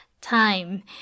time